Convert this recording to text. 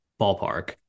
Ballpark